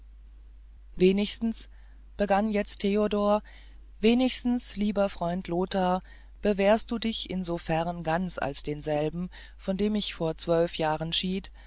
wenigstens begann jetzt theodor wenigstens lieber freund lothar bewährst du dich insofern ganz als denselben von dem ich vor zwölf jahren schied